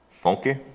funky